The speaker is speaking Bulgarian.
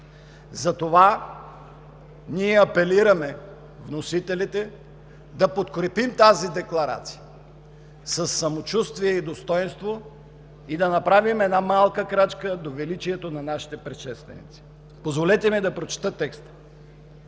Затова ние, вносителите, апелираме да подкрепим тази декларация със самочувствие и достойнство и да направим една малка крачка до величието на нашите предшественици! Позволете ми да прочета текста: